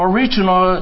Original